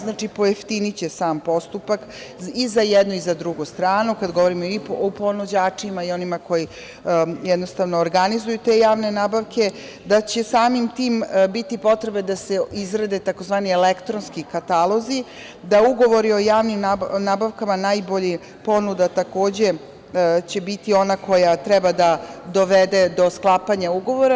Znači, pojeftiniće sam postupak i za jednu i za drugu stranu, kad govorimo i o ponuđačima i o onima koji jednostavno organizuju te javne nabavke, samim tim, biće potrebno da se izrade tzv. elektronski katalozi, da ugovori o javnim nabavkama najboljih ponuda, takođe, će biti ona koja treba da dovede do sklapanja ugovora.